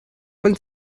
von